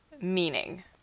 meaning